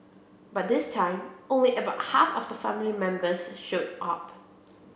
but this time only about half of the family members showed up